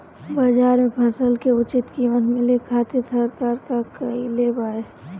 बाजार में फसल के उचित कीमत मिले खातिर सरकार का कईले बाऽ?